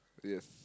yes